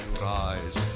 rise